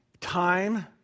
Time